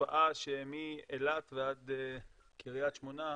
תופעה מאילת ועד קרית שמונה,